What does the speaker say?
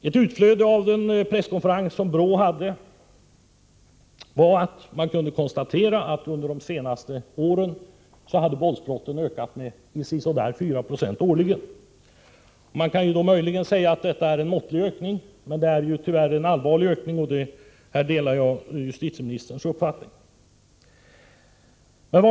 Ett utflöde av den presskonferens som BRÅ hade var att man kunde konstatera att våldsbrot ten under senare år har ökat med ungefär 4 20 årligen. Man kan möjligen säga att detta är en måttlig ökning, men den är tyvärr allvarlig. På denna punkt delar jag justitieministerns uppfattning.